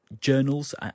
journals